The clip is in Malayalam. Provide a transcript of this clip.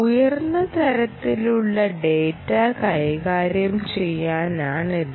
ഉയർന്ന തലത്തിലുള്ള ഡാറ്റ കൈകാര്യം ചെയ്യാനാണിത്